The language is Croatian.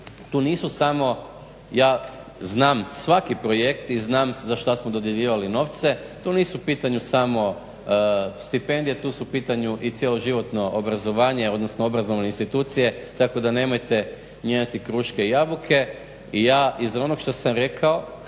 tu nisu samo ja znam svaki projekt i znam za šta smo dodjeljivali novce. To nisu u pitanju samo stipendije tu su u pitanju i cijelo životno obrazovanje odnosno obrazovne institucije tako da nemojte mijenjati kruške i jabuke. I ja iz onog što sam rekao